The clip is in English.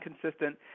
consistent